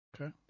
Okay